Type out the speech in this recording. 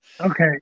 Okay